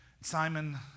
Simon